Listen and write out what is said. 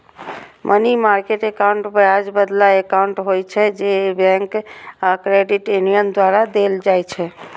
money market account ब्याज बला account होइ छै, जे बैंक आ क्रेडिट यूनियन द्वारा देल जाइ छै